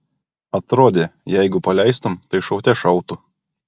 atrodė jeigu paleistum tai šaute šautų